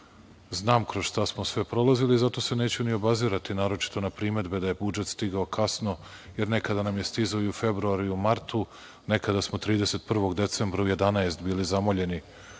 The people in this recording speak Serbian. znam kroz šta smo sve prolazili, zato se neću naročito ni obazirati na primedbe da je budžet stigao kasno, jer, nekada nam je stizao i u februaru, i u martu, nekada smo 31. decembra u 11 sati bili zamoljeni